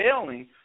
failing